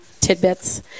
tidbits